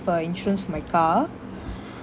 uh insurance for my car